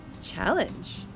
challenge